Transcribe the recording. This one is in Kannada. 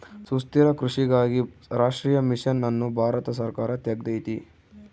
ಸುಸ್ಥಿರ ಕೃಷಿಗಾಗಿ ರಾಷ್ಟ್ರೀಯ ಮಿಷನ್ ಅನ್ನು ಭಾರತ ಸರ್ಕಾರ ತೆಗ್ದೈತೀ